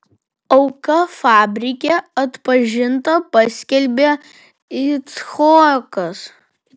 auka fabrike atpažinta paskelbė icchokas